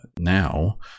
now